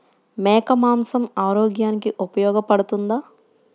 మేక మాంసం ఆరోగ్యానికి ఉపయోగపడుతుందా?